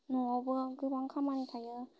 नआवबो गोबां खामानि थायो